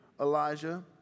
Elijah